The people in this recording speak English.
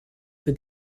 for